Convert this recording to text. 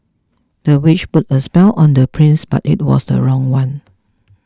the witch put a spell on the prince but it was the wrong one